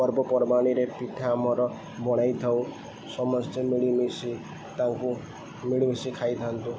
ପର୍ବପର୍ବାଣିରେ ପିଠା ଆମର ବନାଇଥାଉ ସମସ୍ତେ ମିଳିମିଶି ତାଙ୍କୁ ମିଳିମିଶି ଖାଇଥାନ୍ତୁ